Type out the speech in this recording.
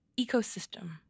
ecosystem